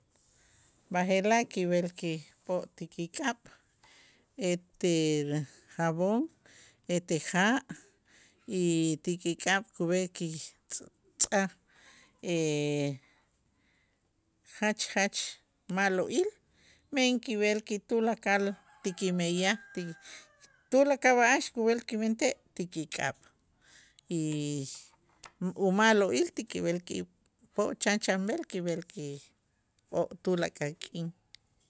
B'aje'laj kib'el kip'o' ti kik'ab' etel jabón ete ja' y ti kik'ab' kub'e ki tz'-tz'aj jach jach ma'lo'il men kib'el ki tulakal ti kimeyaj ti tulakal b'a'ax kub'el kimentej ti kik'ab' y uma'lo'il ti kib'el kip'o' chanchanb'el kib'el kip'o' tulakal k'in.